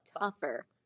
tougher